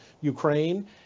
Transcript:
Ukraine